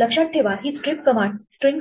लक्षात ठेवा ही स्ट्रिप कमांड स्ट्रिंग